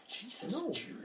Jesus